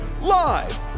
Live